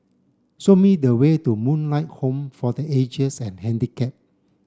show me the way to Moonlight Home for the Aged'sand Handicapped